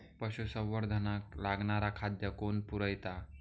पशुसंवर्धनाक लागणारा खादय कोण पुरयता?